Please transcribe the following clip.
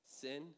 Sin